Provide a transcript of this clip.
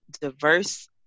diverse